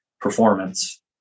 performance